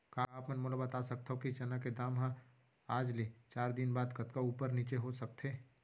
का आप मन मोला बता सकथव कि चना के दाम हा आज ले चार दिन बाद कतका ऊपर नीचे हो सकथे?